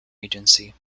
agency